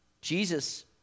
Jesus